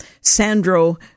Sandro